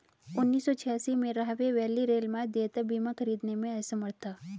उन्नीस सौ छियासी में, राहवे वैली रेलमार्ग देयता बीमा खरीदने में असमर्थ था